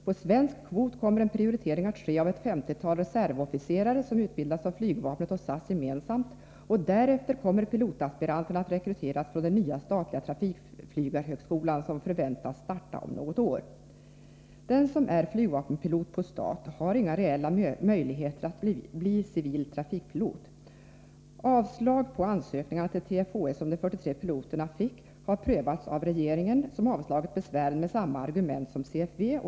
På svensk kvot kommer en prioritering att ske av ett 50-tal reservofficerare som utbildats av flygvapnet och SAS gemensamt och därefter kommer pilotaspiranterna att rekryteras från den nya statliga trafikflygarhögskolan, som förväntas starta om något år.” Den som är flygvapenpilot på stat har således inga reella möjligheter att bli civil trafikpilot. Det avslag på ansökningarna till TFHS som de 43 piloterna fick har prövats av regeringen, som avslagit besvären med samma argument som CFV.